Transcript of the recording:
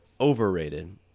overrated